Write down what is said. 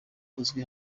uzwi